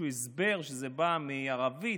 הסבר שזה בא מערבית,